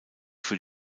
für